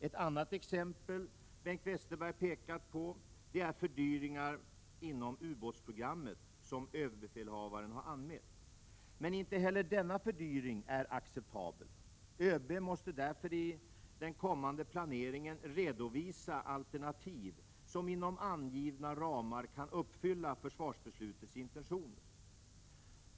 Ett annat exempel som Bengt Westerberg tar upp är fördyringar inom ubåtsprogrammet som ÖB har anmält. Inte heller denna fördyring är acceptabel. ÖB måste därför i den kommande planeringen redovisa alternativ som inom angivna ramar kan uppfylla försvarsbeslutets intentioner.